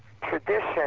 tradition